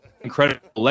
incredible